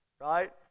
Right